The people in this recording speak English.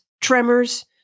tremors